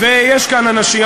ויש כאן אנשים,